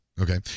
Okay